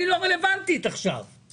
אני מכיר אותך, זאת לא את.